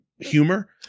humor